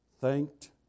thanked